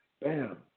Bam